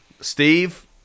Steve